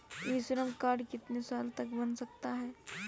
ई श्रम कार्ड कितने साल तक बन सकता है?